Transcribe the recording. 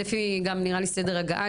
נראה לי גם לפי סדר ההגעה,